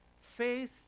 Faith